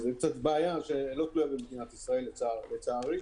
זה בעיה שלא תלויה במדינת ישראל, לצערי.